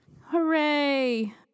Hooray